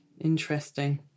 Interesting